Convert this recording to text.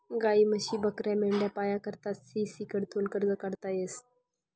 गायी, म्हशी, बकऱ्या, मेंढ्या पाया करता के.सी.सी कडथून कर्ज काढता येस